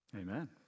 amen